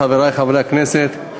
חברי חברי הכנסת,